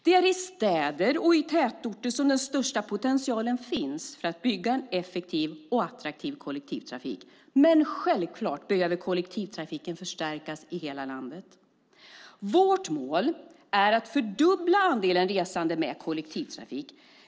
Det är i städer och i tätorter som den största potentialen finns för att bygga en effektiv och attraktiv kollektivtrafik. Men självklart behöver kollektivtrafiken förstärkas i hela landet. Vårt mål är att fördubbla andelen resande med kollektivtrafik.